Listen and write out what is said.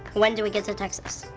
when do we get to texas?